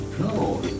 No